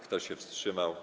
Kto się wstrzymał?